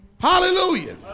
Hallelujah